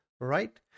right